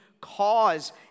cause